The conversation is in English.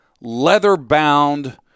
leather-bound